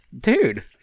Dude